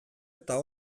eta